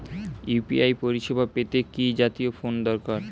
UPI পরিসেবা পেতে কি জাতীয় ফোন দরকার?